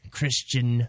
Christian